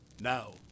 Now